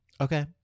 okay